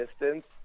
distance